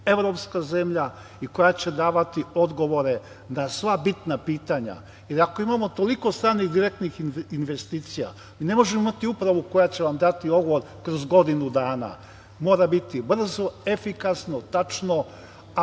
evropska zemlja i koja će davati odgovore na sva bitna pitanja. Jer, ako imamo toliko stranih direktnih investicija, mi ne možemo imati upravu koja će vam dati odgovor kroz godinu dana. Mora biti brzo, efikasno, tačno, a